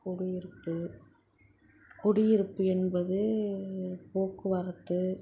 குடியிருப்பு குடியிருப்பு என்பது போக்குவரத்து